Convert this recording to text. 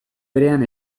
berean